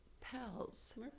pals